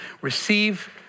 receive